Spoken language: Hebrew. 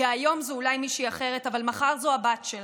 כי היום זו אולי מישהי אחרת, אבל מחר זו הבת שלך.